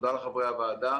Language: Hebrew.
תודה לחברי הוועדה.